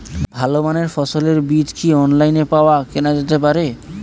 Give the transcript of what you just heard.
ভালো মানের ফসলের বীজ কি অনলাইনে পাওয়া কেনা যেতে পারে?